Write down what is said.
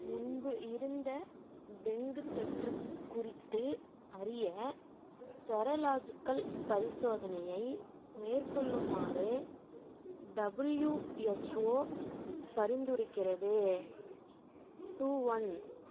முன்பு இருந்த டெங்குத் தொற்று குறித்து அறிய செரலாஜிக்கல் பரிசோதனையை மேற்கொள்ளுமாறு டபிள்யூஎச்ஓ பரிந்துரைக்கிறது டூ ஒன்